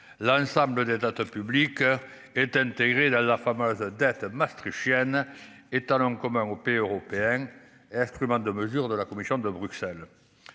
l'ensemble des dates public est intégré dans la fameuse date Maastricht étalon commun aux pays européens et instrument de mesure de la Commission de Bruxelles,